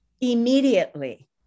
immediately